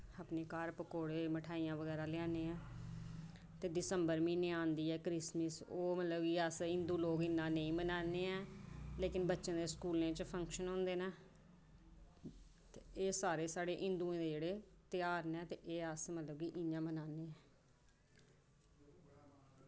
अपने घर पकौड़े मिठाइयां बगैरा लेई आने आं ते दिसंबर म्हीनै आंदी ऐ क्रिसमस ओह् अस हिंदु लोग इन्ना नेईं मनाने आं लेकिन बच्चें जदे स्कूलें च फंक्शन होंदे न ते एह् सारे साढ़े हिंदुऐं दे ध्यार न ते अस सारे इंया बनान्ने आं